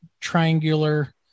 triangular